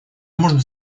можно